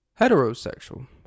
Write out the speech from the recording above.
heterosexual